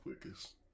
quickest